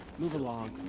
move along.